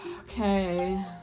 Okay